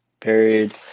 period